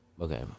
Okay